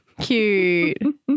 Cute